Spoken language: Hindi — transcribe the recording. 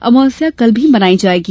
अमावस्या कल भी मनाई जायेगी